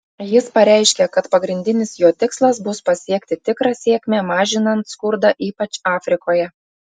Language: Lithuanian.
jis pareiškė kad pagrindinis jo tikslas bus pasiekti tikrą sėkmę mažinant skurdą ypač afrikoje